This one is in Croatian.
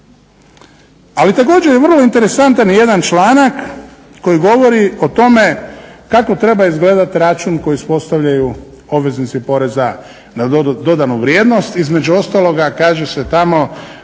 Ali također je vrlo interesantan jedan članak koji govori o tome kako treba izgledat račun koji ispostavljaju obveznici PDV-a. Između ostaloga kaže se tamo